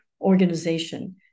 organization